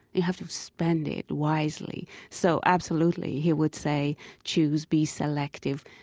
you have to spend it wisely. so absolutely, he would say choose, be selective,